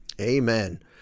amen